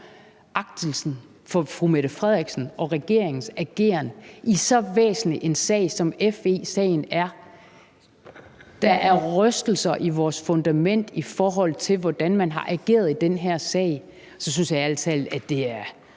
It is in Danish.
agtelsen for fru Mette Frederiksen og regeringens ageren i så væsentlig en sag, som FE-sagen er. Der er rystelser i vores fundament, i forhold til hvordan man har ageret i den her sag. Så synes jeg faktisk, det er